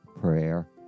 prayer